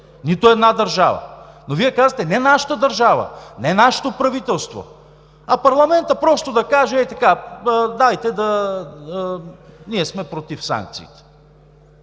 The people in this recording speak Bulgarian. нито една държава… Но Вие казвате: не нашата държава, не нашето правителство, а парламентът просто да каже ей така, дайте да… ние сме против санкциите…